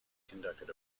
conducted